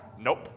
Nope